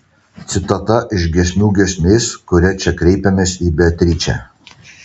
citata iš giesmių giesmės kuria čia kreipiamasi į beatričę